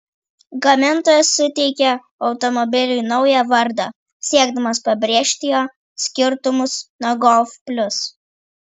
gamintojas suteikė automobiliui naują vardą siekdamas pabrėžti jo skirtumus nuo golf plius